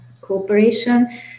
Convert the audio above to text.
cooperation